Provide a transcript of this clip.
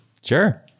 sure